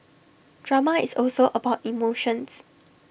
drama is also about emotions